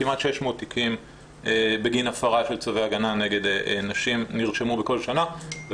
כמעט 600 תיקים בגין הפרה של צווי הגנה כנגד נשים הוצאו בשנה האחרונה